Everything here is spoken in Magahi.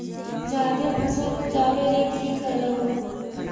जादे फसल उपजाबे ले की कर हो?